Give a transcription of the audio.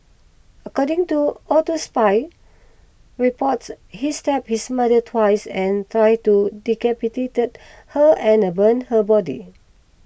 according to autopsy reports he stabbed his mother twice and tried to decapitated her and the burn her body